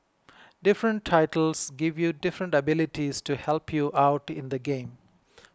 different tiles give you different abilities to help you out in the game